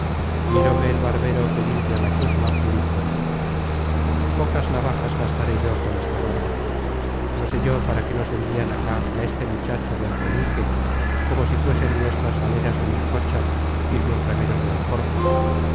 miróme el barbero que limpia la chusma y dijo pocas navajas gastaré yo con esta barba no sé yo para que nos envian acá a este muchacho de alfeñique como si fuesen nuestras galeras de melcocha y sus remeros de alcorza